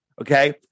okay